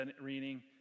reading